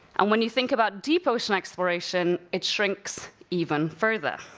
and when you think about deep ocean exploration, it shrinks even further.